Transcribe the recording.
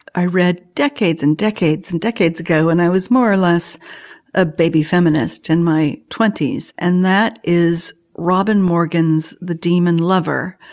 i read decades and decades and decades ago and i was more or less a baby feminist in my twenty s. and that is robin morgens, the demon lover.